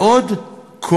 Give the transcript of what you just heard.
זאת ועוד,